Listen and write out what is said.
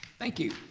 thank you.